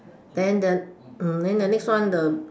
then then mm then the next one the